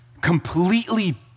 completely